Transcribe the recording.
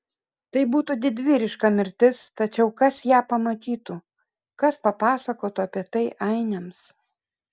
tai būtų didvyriška mirtis tačiau kas ją pamatytų kas papasakotų apie tai ainiams